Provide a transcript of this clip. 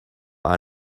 are